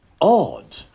odd